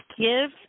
Give